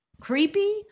creepy